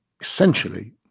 essentially